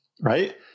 right